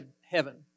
heaven